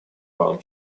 правам